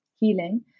healing